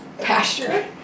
pasture